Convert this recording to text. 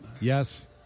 Yes